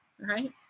right